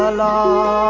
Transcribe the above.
ah la